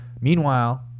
Meanwhile